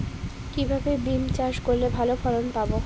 কিভাবে বিম চাষ করলে ভালো ফলন পাব?